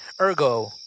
Ergo